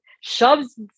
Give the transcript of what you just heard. shoves